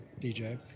DJ